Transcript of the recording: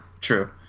true